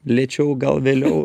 lėčiau gal vėliau